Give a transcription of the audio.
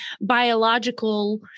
biological